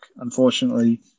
Unfortunately